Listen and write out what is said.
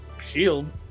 shield